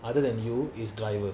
other than you is driver